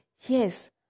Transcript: Yes